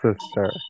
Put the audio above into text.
sister